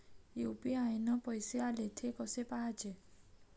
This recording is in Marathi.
यू.पी.आय न पैसे आले, थे कसे पाहाचे?